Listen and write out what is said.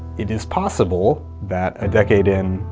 it is possible that a decade in,